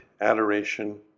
adoration